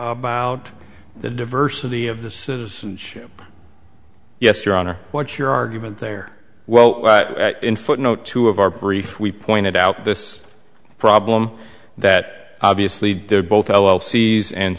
about the diversity of the citizenship yes your honor what's your argument there well in footnote two of our brief we pointed out this problem that at obviously they're both fellow c's and